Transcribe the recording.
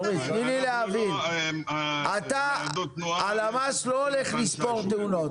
תנו לי להבין הלמ"ס לא הולך לספור תאונות,